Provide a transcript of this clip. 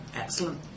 excellent